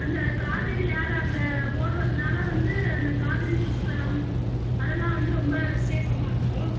அந்த காவேரி ஆறு அங்கே ஓடறதுனால வந்து அந்த காவேரி புஷ்கரம் அதெல்லாம் வந்து ரொம்ப விசேஷமாக இருக்கும்